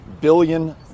billion